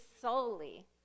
solely